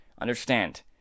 understand